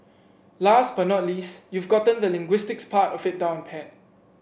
last but not least you've gotten the linguistics part of it down pat